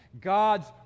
God's